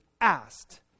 asked